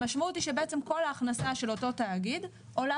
המשמעות היא שכל ההכנסה של אותו תאגיד עולה